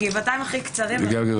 לוד